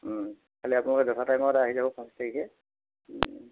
খালি আপোনালোকে যথা টাইমত আহি যাব পাঁচ তাৰিখে